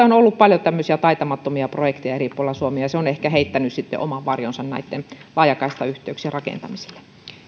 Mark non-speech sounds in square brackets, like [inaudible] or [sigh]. [unintelligible] on ollut paljon tämmöisia taitamattomia projekteja eri puolella suomea ja se on sitten ehkä heittänyt oman varjonsa laajakaistayhteyksien rakentamisille